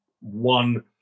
one